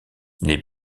les